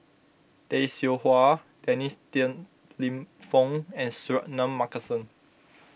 Tay Seow Huah Dennis Tan Lip Fong and Suratman Markasan